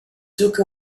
took